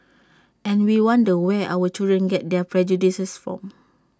and we wonder where our children get their prejudices from